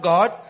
God